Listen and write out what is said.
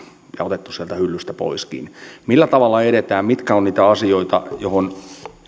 ja otettu sieltä hyllystä poiskin millä tavalla edetään mitkä ovat niitä asioita joihin ensisijaisesti